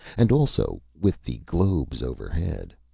and also with the globes overhead.